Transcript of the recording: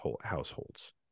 households